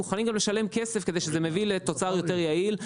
מוכנים גם לשלם כסף כדי שזה יביא לתוצר יותר יעיל.